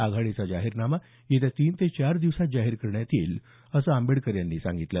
आघाडीचा जाहीरनामा येत्या तीन ते चार दिवसात जाहीर करण्यात येईल असं आंबेडकर यांनी सांगितलं